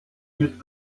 mit